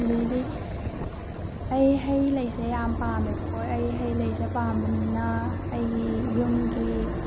ꯑꯗꯒꯤꯗꯤ ꯑꯩ ꯍꯩ ꯂꯩꯁꯦ ꯌꯥꯝ ꯄꯥꯝꯃꯦꯕꯀꯣ ꯑꯩ ꯍꯩ ꯂꯩꯁꯦ ꯄꯥꯝꯕꯅꯤꯅ ꯑꯩꯒꯤ ꯌꯨꯝꯒꯤ